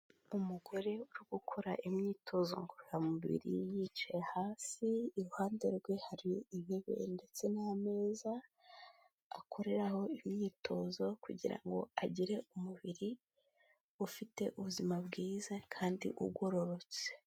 Umugore uri gukora imyitozo ngororamubiri yicaye hasi, iruhande rwe hari intebe ndetse n'ameza akoreraho imyitozo kugira ngo agire umubiri ufite ubuzima bwiza kandi ugororotse.